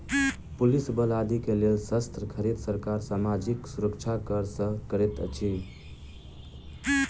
police बल आदि के लेल शस्त्र खरीद, सरकार सामाजिक सुरक्षा कर सँ करैत अछि